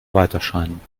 weiterscheinen